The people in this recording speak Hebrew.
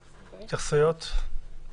התייחסויות?